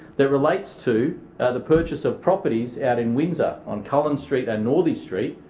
that relates to the purchase of properties out in windsor, on cullen street and northey street,